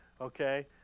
Okay